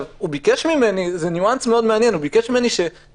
הוא ביקש ממני זה ניואנס מעניין מאוד שנכתוב